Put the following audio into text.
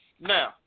Now